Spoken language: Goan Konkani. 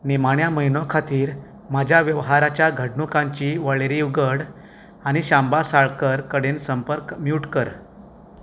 निमाण्या म्हयन्या खातीर म्हज्या वेव्हाराच्या घडणुकांची वळेरी उगड आनी शांबा साळकर कडेन संपर्क म्यूट कर